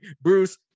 Bruce